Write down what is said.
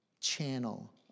channel